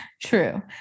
True